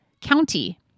county